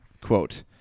quote